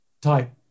type